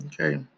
Okay